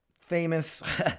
famous